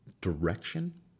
direction